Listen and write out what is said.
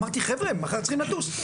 אמרתי - חבר'ה, מחר הם צריכים לטוס.